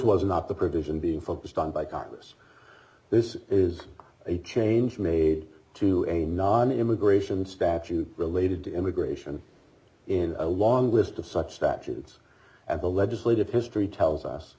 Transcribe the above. was not the provision being focused on by congress this is a change made to a non immigration statute related to immigration in a long list of such statutes and the legislative history tells us